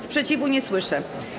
Sprzeciwu nie słyszę.